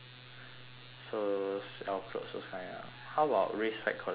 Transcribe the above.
so sell clothes those kind ah how about raise flag collector like